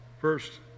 first